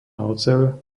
oceľ